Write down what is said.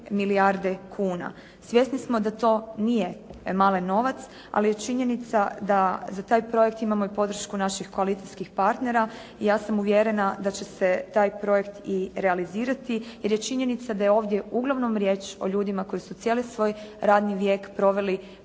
milijarde kuna. Svjesni smo da to nije mali novac, ali je činjenica da za taj projekt imamo i podršku naših koalicijskih partnera i ja sam uvjerena da će se taj projekt i realizirati, jer je činjenica da je ovdje uglavnom riječ o ljudima koji su cijeli svoj radni vijek proveli